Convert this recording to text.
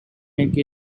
make